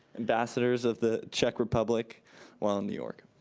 ambassadors of the czech republic while in new york.